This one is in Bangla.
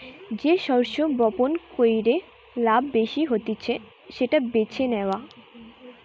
যে শস্য বপণ কইরে লাভ বেশি হতিছে সেটা বেছে নেওয়া